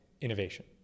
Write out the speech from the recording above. innovation